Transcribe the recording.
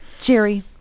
Jerry